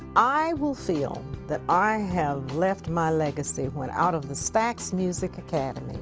i will feel that i have left my legacy when out of the stax music academy,